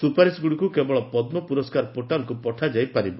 ସୁପାରିଶଗୁଡ଼ିକୁ କେବଳ ପଦ୍ମ ପୁରସ୍କାର ପୋର୍ଟାଲ୍କୁ ପଠାଯାଇ ପାରିବ